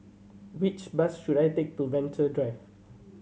which bus should I take to Venture Drive